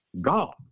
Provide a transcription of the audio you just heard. god